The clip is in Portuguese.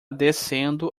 descendo